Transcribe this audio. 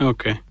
Okay